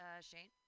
Shane